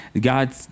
God